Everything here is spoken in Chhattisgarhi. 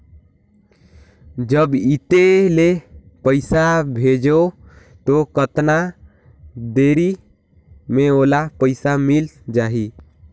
जब इत्ते ले पइसा भेजवं तो कतना देरी मे ओला पइसा मिल जाही?